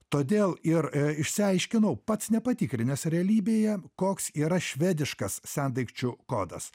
todėl ir išsiaiškinau pats nepatikrinęs realybėje koks yra švediškas sendaikčių kodas